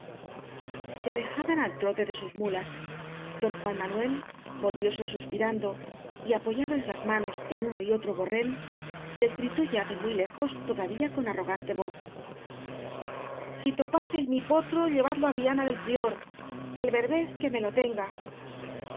se alejaban al trote de sus muías don juan manuel volvióse suspirando y apoya das las manos en uno y otro borren les gritó ya de muy lejos todavía con arrogante voz si topáseis mi potro llevadlo á viana del prior el berbés que me lo tenga